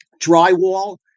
drywall